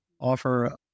offer